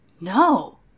no